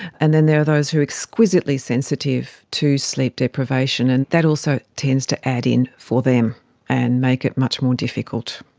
and then there are those who are exquisitely sensitive to sleep deprivation, and that also tends to add in for them and make it much more difficult.